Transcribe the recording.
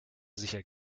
sicher